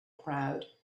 crowd